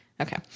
Okay